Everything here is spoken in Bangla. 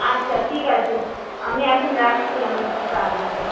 আচ্ছা ঠিক আছে আমি এখন রাখছি আমার একটু কাজ আছে